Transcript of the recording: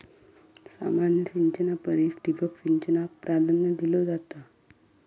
सामान्य सिंचना परिस ठिबक सिंचनाक प्राधान्य दिलो जाता